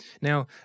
Now